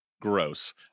gross